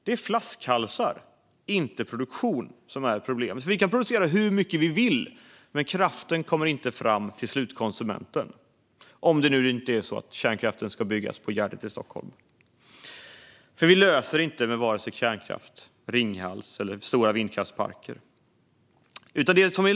Det är flaskhalsar, inte produktion, som är problemet. Vi kan producera hur mycket vi vill, men kraften kommer inte fram till slutkonsumenten - om nu inte kärnkraften ska byggas på Gärdet i Stockholm. Vi löser inte detta med vare sig kärnkraft i Ringhals eller stora vindkraftsparker.